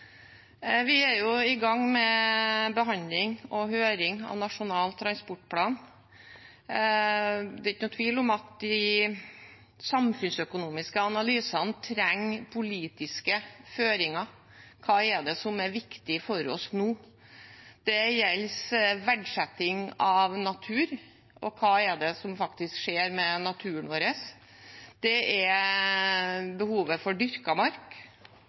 Vi er i gang med behandling og høring av Nasjonal transportplan. Det er ingen tvil om at de samfunnsøkonomiske analysene trenger politiske føringer. Hva er det som er viktig for oss nå? Det gjelder verdsetting av natur, og hva som faktisk skjer med naturen vår. Det er behovet for dyrket mark.